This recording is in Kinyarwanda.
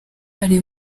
ariwe